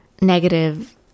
negative